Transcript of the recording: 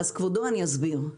כבודו, אני אסביר.